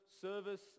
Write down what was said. service